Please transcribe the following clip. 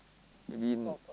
maybe